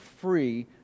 free